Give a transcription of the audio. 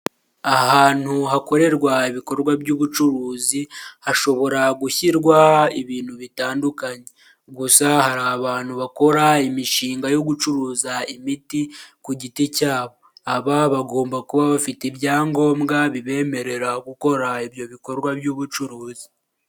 Ahantu hakorerwa ibikorwa by'ubucuruzi hashobora gushyirwa ibintu bitandukanye, gusa hari abantu bakora imishinga yo gucuruza imiti ku giti cyabo, aba bagomba kuba bafite ibyangombwa bibemerera gukora ibyo bikorwa by'ubucuruzi.